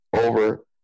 Over